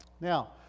Now